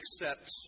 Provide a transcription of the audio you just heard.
accept